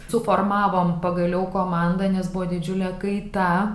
suformavom pagaliau komanda nes buvo didžiulė kaita